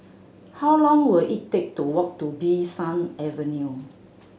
how long will it take to walk to Bee San Avenue